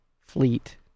fleet